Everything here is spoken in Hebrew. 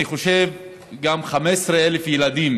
אני חושב ש-15,000 ילדים